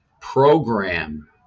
program